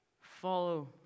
Follow